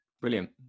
Brilliant